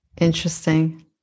Interesting